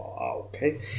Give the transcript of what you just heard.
okay